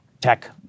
tech